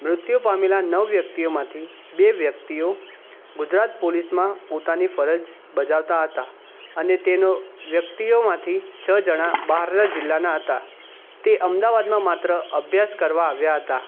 મૃત્યુ પામેલા નવ વ્યક્તિઓમાંથી બે વ્યક્તિઓ ગુજરાત પોલીસમાં પોતાની ફરજ બજાવતા હતા અને તેનો વ્યક્તિઓમાંથી છ જણા બહારના જિલ્લાના હતા તે અમદાવાદમાં માત્ર અભ્યાસ કરવા આવ્યા હતા